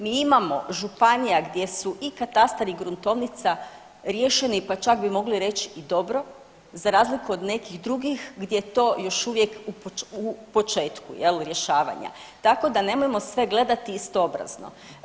Mi imamo županija gdje su i katastar i gruntovnica riješeni, pa čak bi mogli reći i dobro za razliku od nekih drugih gdje je to još uvijek u početku jel rješavanja, tako da nemojmo sve gledati istoobrazno.